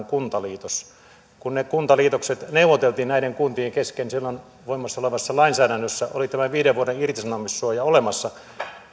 kuntaliitos kun ne kuntaliitokset neuvoteltiin näiden kuntien kesken silloin voimassa olevassa lainsäädännössä oli tämä viiden vuoden irtisanomissuoja olemassa